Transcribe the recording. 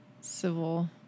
civil